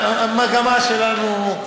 המגמה שלנו,